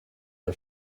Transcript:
are